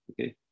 okay